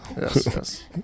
yes